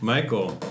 Michael